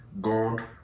God